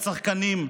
לשחקניות,